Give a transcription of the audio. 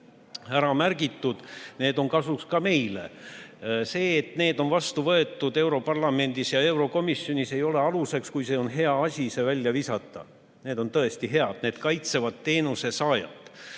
ära märgitud, need on kasuks ka meile. See, et need on vastu võetud europarlamendis ja eurokomisjonis, ei ole aluseks, et need välja visata, kui need on head. Need on tõesti head, need kaitsevad teenuse saajat.